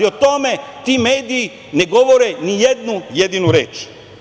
O tome ti mediji ne govore ni jednu jedinu reč.